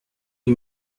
die